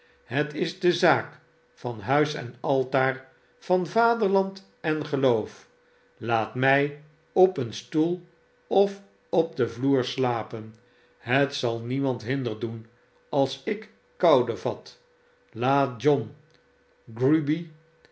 het is de zaak van huis en altaar van vaderland en geloof laat m ij op een stoel of op den vloer isiapen het zal niemand hinder doen als ik koude vat laat john grueby